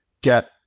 get